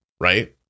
right